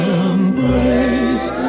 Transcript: embrace